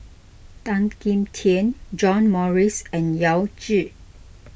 Tan Kim Tian John Morrice and Yao Zi